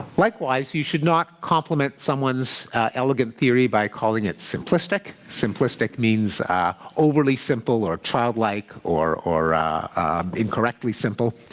likewise, you should not compliment someone's elegant theory by calling it simplistic. simplistic means overly simple or childlike or or incorrectly simple.